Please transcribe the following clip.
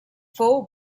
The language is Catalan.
fou